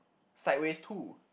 sideways too